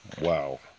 Wow